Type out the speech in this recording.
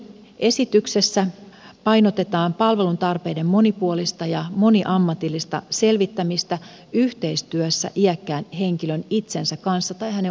lakiesityksessä painotetaan palvelutarpeiden monipuolista ja moniammatillista selvittämistä yhteistyössä iäkkään henkilön itsensä kanssa tai hänen omaistensa kanssa